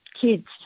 kids